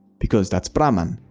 because that's brahman.